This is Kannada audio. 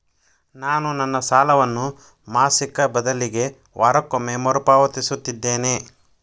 ನಾನು ನನ್ನ ಸಾಲವನ್ನು ಮಾಸಿಕ ಬದಲಿಗೆ ವಾರಕ್ಕೊಮ್ಮೆ ಮರುಪಾವತಿಸುತ್ತಿದ್ದೇನೆ